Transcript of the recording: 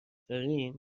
دارین